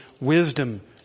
wisdom